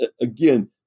again